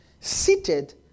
Seated